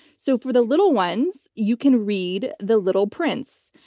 so for the little ones, you can read the little prince.